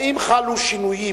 האם חלו שינויים